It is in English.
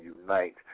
unite